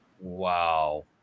Wow